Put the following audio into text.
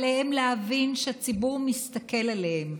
עליהם להבין שהציבור מסתכל עליהם.